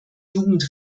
jugend